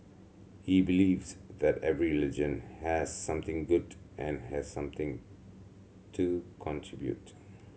he believes that every religion has something good and has something to contribute